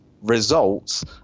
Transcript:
results